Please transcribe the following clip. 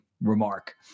remark